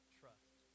trust